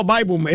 Bible